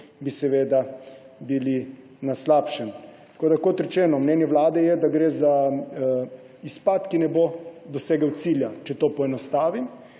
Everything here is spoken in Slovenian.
bi seveda bili na slabšem. Kot rečeno, mnenje Vlade je, da gre za izpad, ki ne bo dosegel cilja, če to poenostavim.